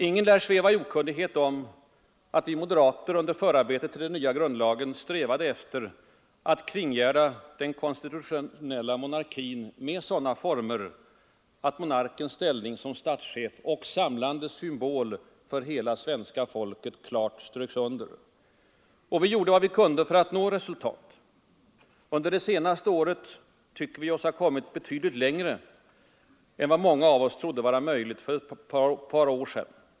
Ingen lär sväva i okunnighet om att vi moderater under förarbetet till den nya grundlagen strävade efter att kringgärda den konstitutionella monarkin med sådana former att monarkens ställning som statschef och samlande symbol för hela svenska folket klart ströks under. Vi gjorde vad vi kunde för att nå det resultatet. Under det senaste året tycker vi oss ha kommit betydligt längre än vad många av oss trodde vara möjligt för ett par år sedan.